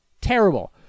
Terrible